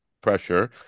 pressure